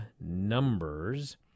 numbers